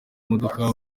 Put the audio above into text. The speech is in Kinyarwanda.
imodoka